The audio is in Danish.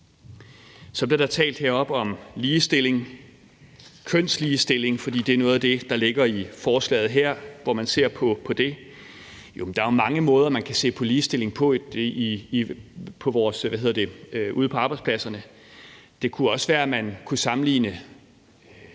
Så blev der talt heroppe om ligestilling, kønsligestilling, for det er noget af det, der ligger i forslaget her, hvor man ser på det. Jo, men der er jo mange måder, man kan se på ligestilling på ude på arbejdspladserne. Det kunne også være, at man kunne sammenligne